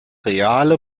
reale